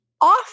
off